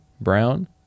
brown